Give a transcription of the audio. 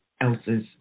else's